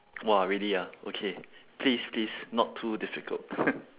!wah! really ah okay please please not too difficult